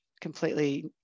completely